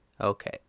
Okay